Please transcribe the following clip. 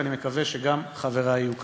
ואני מקווה שגם חברי יהיו כאן.